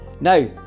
now